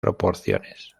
proporciones